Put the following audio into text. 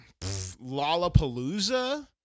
lollapalooza